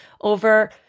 over